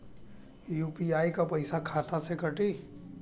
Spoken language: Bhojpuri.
यू.पी.आई क पैसा खाता से कटी?